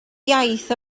iaith